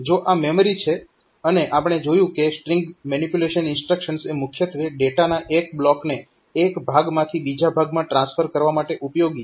જો આ મેમરી છે અને આપણે જોયું કે સ્ટ્રીંગ મેનીપ્યુલેશન ઇન્સ્ટ્રક્શન્સ એ મુખ્યત્વે ડેટાના એક બ્લોકને એક ભાગમાંથી બીજા ભાગમાં ટ્રાન્સફર કરવા માટે ઉપયોગી છે